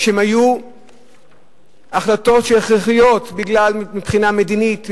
שהיו החלטות הכרחיות מבחינה מדינית,